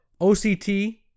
OCT